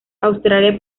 australia